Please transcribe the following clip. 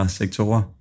sektorer